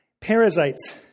Parasites